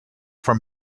from